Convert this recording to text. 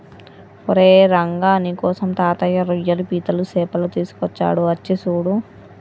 ఓరై రంగ నీకోసం తాతయ్య రోయ్యలు పీతలు సేపలు తీసుకొచ్చాడు అచ్చి సూడు